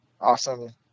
awesome